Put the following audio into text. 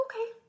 okay